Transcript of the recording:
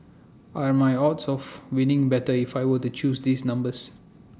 are my odds of winning better if I were to choose these numbers